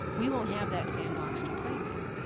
we won't have that sandbox to play with.